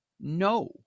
No